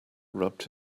rubbed